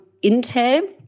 Intel